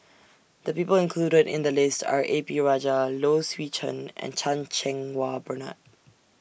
The People included in The list Are A P Rajah Low Swee Chen and Chan Cheng Wah Bernard